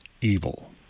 evil